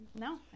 No